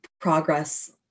progress